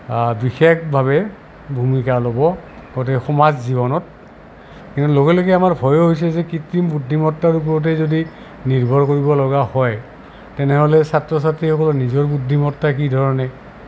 বিশেষভাৱে ভূমিকা ল'ব গতিকে সমাজ জীৱনত কিন্তু লগে লগে আমাৰ ভয়ো হৈছে যে কৃত্ৰিম বুদ্ধিমত্তাৰ ওপৰতে যদি নিৰ্ভৰ কৰিব লগা হয় তেনেহ'লে ছাত্ৰ ছাত্ৰীসকলৰ নিজৰ বুদ্ধিমত্তা কি ধৰণে